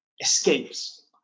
escapes